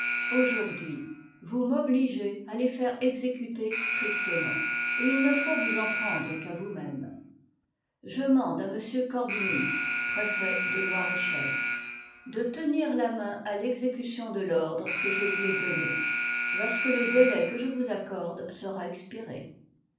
aujourd'hui vous m'obligez a les faire exécuter strictement et il ne'faut vous en prendre qu'à vous-même je mande à m corbigny de tenir la main à l'exécu tion de l'ordre que je lui ai donné lorsque le délai que je vous accorde sera expiré